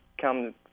come